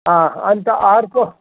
अन्त अर्को